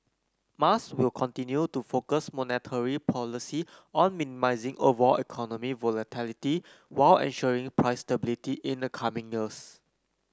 Mas will continue to focus monetary policy on minimising overall economic volatility while ensuring price stability in the coming years